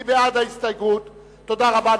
תודה.